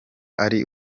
ari